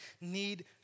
need